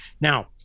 now